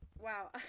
Wow